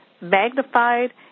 magnified